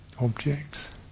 objects